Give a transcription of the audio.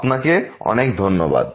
আপনাকে অনেক ধন্যবাদ